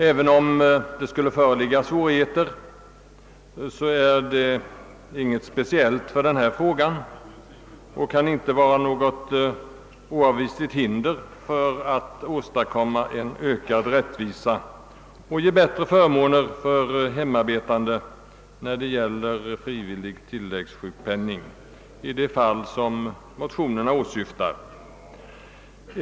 även om det skulle föreligga svårigheter är det inte något speciellt för denna fråga, och det kan inte vara något oöverstigligt hinder för att åstadkomma ökad rättvisa och ge bättre förmåner åt de hemarbetande när det gäller frivillig tilläggssjukpenning i det fall som åsyftas i motionerna.